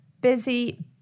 busy